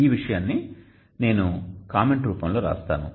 ఈ విషయాన్ని నేను కామెంట్ రూపంలో రాస్తాను